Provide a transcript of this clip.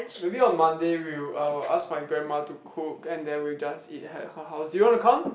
maybe on Monday we'll I'll ask my grandma to cook and then we'll just eat at her house do you want to come